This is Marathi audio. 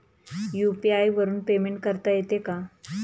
यु.पी.आय वरून पेमेंट करता येते का?